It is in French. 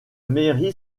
mairie